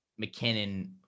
mckinnon